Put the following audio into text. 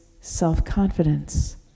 self-confidence